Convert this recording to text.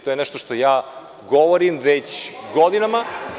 To je nešto što govorim već godinama.